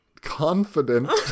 confident